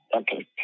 Okay